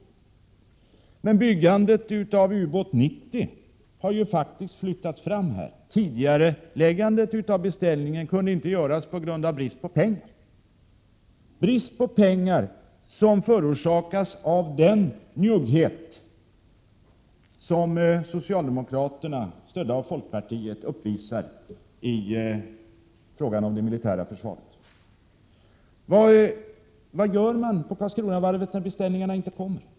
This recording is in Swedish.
Men byggandet av Ubåt 90 har faktiskt flyttats fram. Tidigareläggandet av beställningen kunde inte göras på grund av brist på pengar, som förorsakas av den njugghet som socialdemokraterna, stödda av folkpartiet, uppvisar gentemot det militära försvaret. Vad gör man på Karlskronavarvet när beställningarna inte kommer?